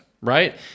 right